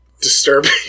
disturbing